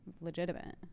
legitimate